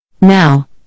Now